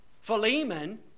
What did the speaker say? Philemon